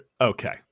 Okay